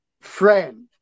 friend